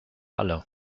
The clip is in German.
alle